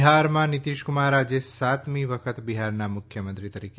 બિહારમાં શ્રી નિતીશકુમાર આજે સાતમી વખત બિહારના મુખ્યમંત્રી તરીકે